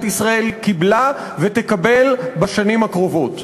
ישראל קיבלה ותקבל בשנים הקרובות.